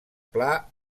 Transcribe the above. pla